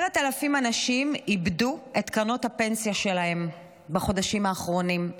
10,000 אנשים איבדו את קרנות הפנסיה שלהם בחודשים האחרונים.